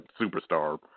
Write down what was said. superstar